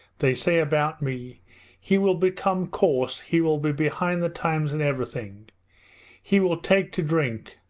they say about me he will become coarse he will be behind the times in everything he will take to drink,